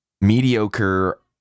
mediocre